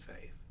faith